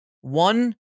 One